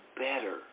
better